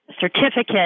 certificate